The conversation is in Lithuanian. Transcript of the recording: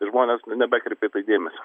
žmonės nebekreipia į tai dėmesio